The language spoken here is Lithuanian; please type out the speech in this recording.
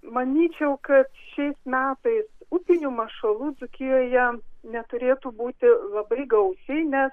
manyčiau kad šiais metais upinių mašalų dzūkijoje neturėtų būti labai gausiai nes